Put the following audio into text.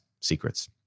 secrets